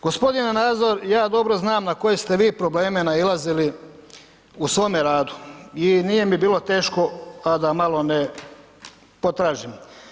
Gospodine Nazor, ja dobro znam na koje ste vi probleme nailazili u svome radu i nije mi bilo teško a da malo ne potražim.